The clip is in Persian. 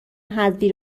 حذفی